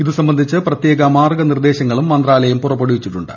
ഇത് സംബന്ധിച്ച് പ്രത്യേക മാർഗ്ഗനിർദ്ദേശങ്ങളും മന്ത്രാലയം പുറപ്പെടുവിച്ചിട്ടുണ്ട്